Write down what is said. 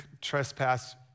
trespass